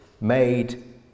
made